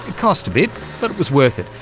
cost a bit, but it was worth it,